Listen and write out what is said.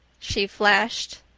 she flashed.